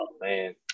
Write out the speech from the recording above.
man